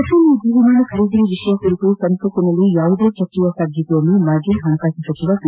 Rafale ಯುದ್ದ ವಿಮಾನ ಖರೀದಿ ವಿಷಯ ಕುರಿತು ಸಂಸತ್ನಲ್ಲಿ ಯಾವುದೇ ಚರ್ಚೆಯ ಸಾಧ್ಯತೆಯನ್ನು ಮಾಜಿ ಹಣಕಾಸು ಸಚಿವ ಪಿ